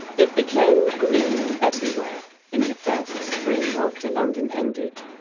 it became green everywhere in the first spring, after london ended,